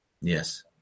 Yes